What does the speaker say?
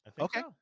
Okay